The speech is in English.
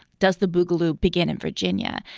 does the boogaloo begin in virginia?